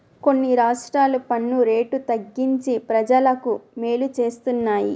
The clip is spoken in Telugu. కొన్ని రాష్ట్రాలు పన్ను రేటు తగ్గించి ప్రజలకు మేలు చేస్తున్నాయి